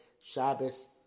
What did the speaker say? Shabbos